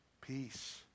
peace